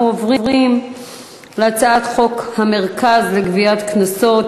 אנחנו עוברים להצעת חוק המרכז לגביית קנסות,